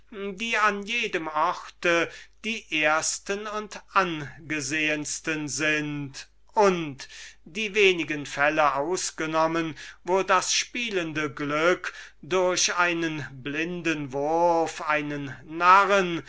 die an jedem orte die edelsten und angesehensten sind und die wenigen fälle ausgenommen wo das spielende glück durch einen blinden wurf einen